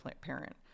parent